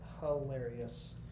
hilarious